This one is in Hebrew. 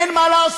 אין מה לעשות.